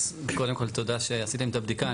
אז קודם כל תודה שעשיתם את הבדיקה.